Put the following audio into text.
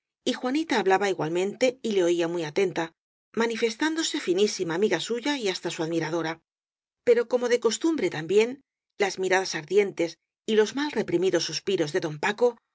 y juanita hablaba igualmente y le oía muy atenta manifestándose finísima amiga suya y hasta su admiradora pero como de costum bre también las miradas ardientes y los mal reprimidos suspiros de don paco